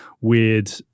weird